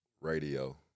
radio